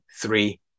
three